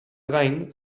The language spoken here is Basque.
gain